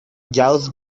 youth